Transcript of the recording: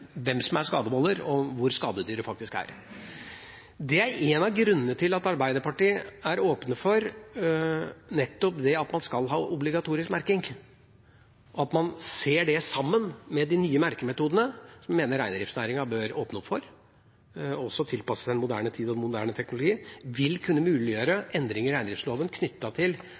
faktisk er. Det er en av grunnene til at Arbeiderpartiet er åpen for nettopp å ha obligatorisk merking, at man ser det sammen med de nye merkemetodene, som jeg mener reindriftsnæringen bør åpne opp for og slik tilpasse seg en moderne tid og en moderne teknologi. Det vil kunne muliggjøre endringer i reindriftsloven knyttet til